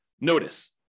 notice